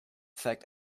zeigt